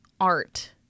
art